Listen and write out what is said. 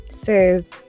says